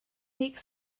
make